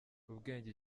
ubwenge